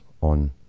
on